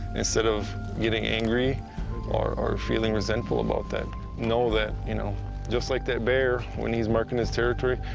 instead of getting angry or or feeling resentful about that know that, you know just like that bear when he's marking his territory,